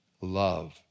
love